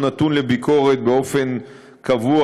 הוא נתון לביקורת באופן קבוע,